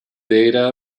data